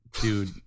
dude